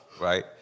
right